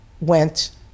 went